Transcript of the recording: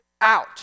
out